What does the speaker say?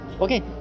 Okay